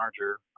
larger